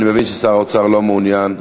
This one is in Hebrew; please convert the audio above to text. אני מבין ששר האוצר לא מעוניין,